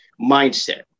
mindset